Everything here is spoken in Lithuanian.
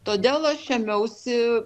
todėl aš ėmiausi